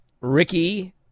Ricky